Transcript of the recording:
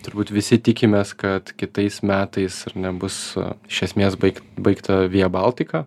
turbūt visi tikimės kad kitais metais ar ne bus iš esmės baig baigta via baltica